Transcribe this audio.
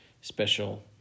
special